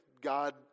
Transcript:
god